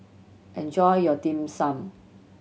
enjoy your Dim Sum